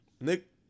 Nick